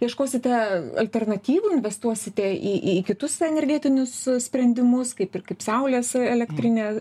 ieškosite alternatyvų investuosite į į kitus energetinius sprendimus kaip ir kaip saulės elektrinę